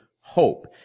hope